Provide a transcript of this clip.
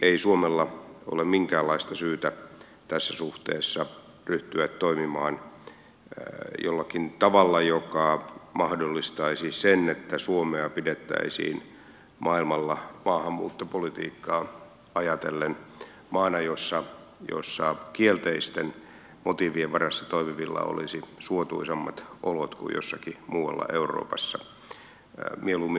ei suomella ole minkäänlaista syytä tässä suhteessa ryhtyä toimimaan jollakin tavalla joka mahdollistaisi sen että suomea pidettäisiin maailmalla maahanmuuttopolitiikkaa ajatellen maana jossa kielteisten motiivien varassa toimivilla olisi suotuisammat olot kuin jossakin muualla euroopassa mieluummin päinvastoin